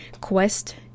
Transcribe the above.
quest